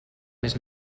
més